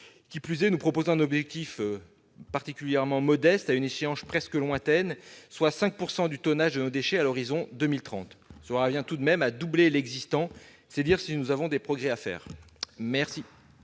Qui plus est, nous proposons un objectif particulièrement modeste, à une échéance presque lointaine, à savoir 5 % du tonnage de nos déchets à horizon de 2030. Cela revient tout de même à doubler l'existant ; c'est dire si nous avons des progrès à faire. La